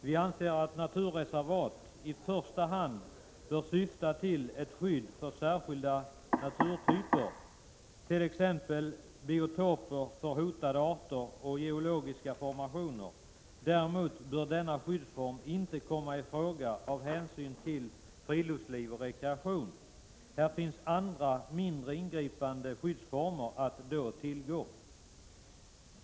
Vi anser att syftet med naturreservat i första hand bör vara att skydda särskilda naturtyper, t.ex. biotoper för hotade arter och geologiska formationer. Däremot bör denna skyddsform inte komma i fråga när det gäller att ta hänsyn till friluftsliv och rekreation. Här finns andra mindre ingripande skyddsformer att tillgå.